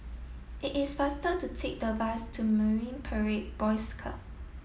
it is faster to take the bus to Marine Parade Boys Club